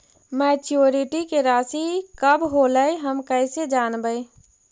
Maturity के रासि कब होलै हम कैसे जानबै?